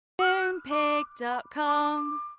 Moonpig.com